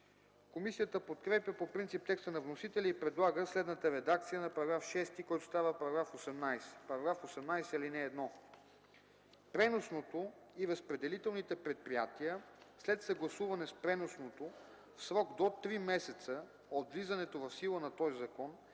Комисията подкрепя по принцип текста на вносителя и предлага следната редакция на § 6, който става § 18: „§ 18. (1) Преносното и разпределителните предприятия, след съгласуване с преносното, в срок до три месеца от влизането в сила на този закон